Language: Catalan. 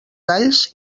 talls